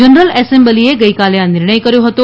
general એસેમ્બલીએ ગઇકાલે આ નિર્ણય કર્યો હતો